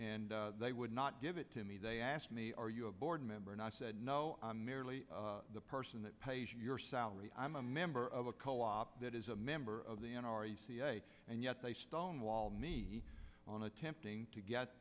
and they would not give it to me they asked me are you a board member and i said no i'm merely the person that pays your salary i'm a member of a co op that is a member of the n r a and yet they stonewall me on attempting to get